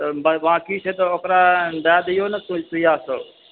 बाकी छै तऽ ओकरा दए दिऔ नऽ सभ सुइआसभ